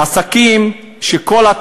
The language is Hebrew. ככה בקושי שומעים אותך.